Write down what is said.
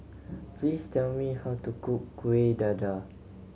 please tell me how to cook Kueh Dadar